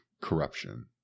corruption